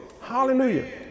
Hallelujah